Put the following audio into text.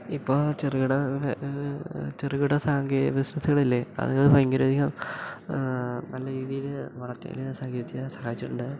ഇപ്പോൾ ചെറുകിട ചെറുകിട സാങ്കേ ബിസിനസ്സുകളില്ലേ അത് ഭയങ്കരധികം നല്ല രീതിയിൽ വളർച്ചയിൽ സാങ്കേതികം സഹായിച്ചിട്ടുണ്ട്